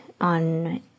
on